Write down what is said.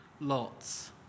lots